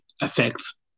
affects